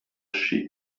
she